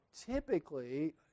typically